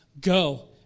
Go